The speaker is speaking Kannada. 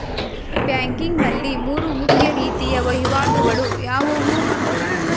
ಬ್ಯಾಂಕಿಂಗ್ ನಲ್ಲಿ ಮೂರು ಮುಖ್ಯ ರೀತಿಯ ವಹಿವಾಟುಗಳು ಯಾವುವು?